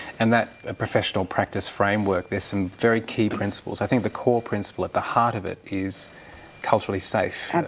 and that ah professional-practice framework, there's some very key principles. i think the core principle at the heart of it is culturally safe. and